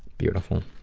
beautiful.